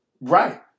Right